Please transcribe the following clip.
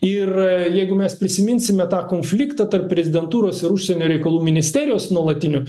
ir jeigu mes prisiminsime tą konfliktą tarp prezidentūros ir užsienio reikalų ministerijos nuolatinį